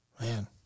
man